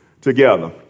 together